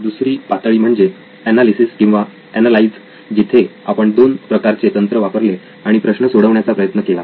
दुसरी पातळी म्हणजे एनालिसिस किंवा एनलाईज जिथे आपण दोन प्रकारचे तंत्र वापरले आणि प्रश्न सोडवण्याचा प्रयत्न केला